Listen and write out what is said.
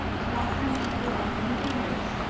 got time to pull out one of her hairs,